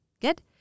Good